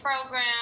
program